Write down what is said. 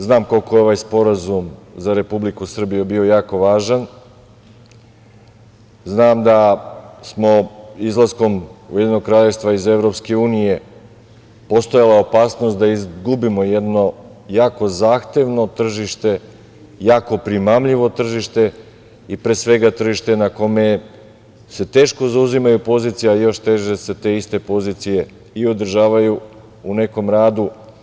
Znam koliko je ovaj sporazum za Republiku Srbiju bio jako važan, znam da je izlaskom Ujedinjenog Kraljevstva iz Evropske unije postojala opasnost da izgubimo jedno jako zahtevno tržište, jako primamljivo tržište i pre svega tržište na kome se teško zauzimaju pozicije, a još teže se te iste pozicije i održavaju u nekom radu.